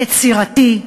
יצירתי,